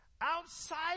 Outside